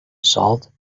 salt